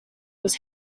was